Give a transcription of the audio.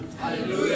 Hallelujah